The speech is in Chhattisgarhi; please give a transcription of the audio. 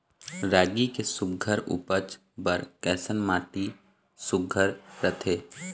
रागी के सुघ्घर उपज बर कैसन माटी सुघ्घर रथे?